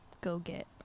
go-get